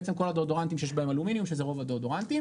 בעצם כל הדאודורנטים --- שזה רוב הדאודורנטים.